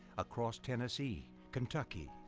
across tennessee, kentucky,